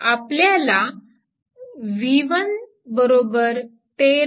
आपल्याला v113